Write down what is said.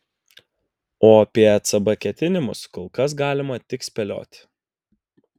o apie ecb ketinimus kol kas galima tik spėlioti